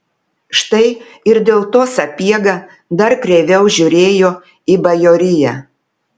štai ir dėl to sapiega dar kreiviau žiūrėjo į bajoriją